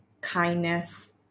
kindness